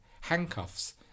handcuffs